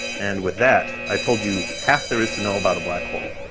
and, with that, i've told you half there is to know about a black hole.